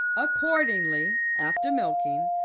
accordingly, after milking,